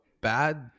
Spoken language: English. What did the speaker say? bad